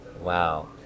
Wow